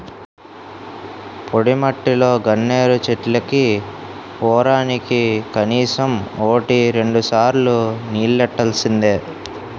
పొడిమట్టిలో గన్నేరు చెట్లకి వోరానికి కనీసం వోటి రెండుసార్లు నీల్లెట్టాల్సిందే